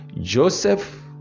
Joseph